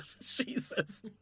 Jesus